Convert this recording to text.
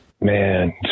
man